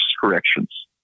corrections